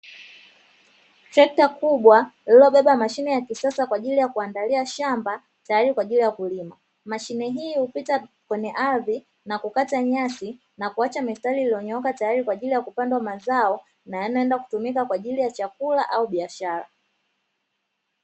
Trekta kubwa lililobeba mashine ya kisasa kwa ajili ya kuandalia shamba tayari kwa ajili ya kulima, mashine hii hupita kwenye ardhi na kukata nyasi na kuacha mistari iliyonyooka tayari kwa ajili ya kupandwa mazao na yanayoenda kutumika kwa ajili ya chakula au biashara.